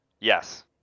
Yes